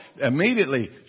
immediately